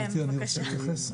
כן, בבקשה.